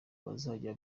bazajya